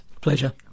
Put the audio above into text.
Pleasure